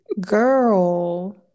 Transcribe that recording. girl